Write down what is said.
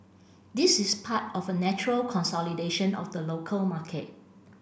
this is part of a natural consolidation of the local market